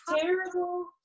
terrible